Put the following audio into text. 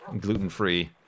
gluten-free